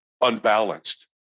unbalanced